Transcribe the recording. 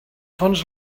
fonts